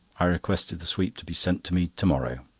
i requested the sweep to be sent to me to-morrow.